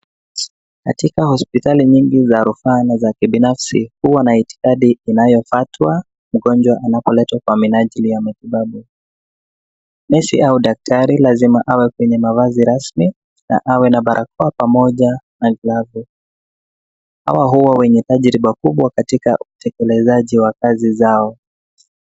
Katika hospitali nyingi za rufaa na za kibnafsi huwa na itikadhi zinazofatwa mgonjwa anapoletwa kwa minajili ya matibabu. Nesi au daktari lazima awe kwenye mavazi rasmi na awe na barakoa pamoja na glavu. Hawa huwa wenye tajriba kubwa katika utekelezaji wa kazi zao